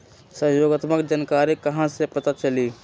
सहयोगात्मक जानकारी कहा से पता चली?